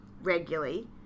regularly